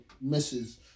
misses